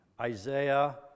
Isaiah